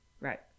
Right